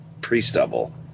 pre-stubble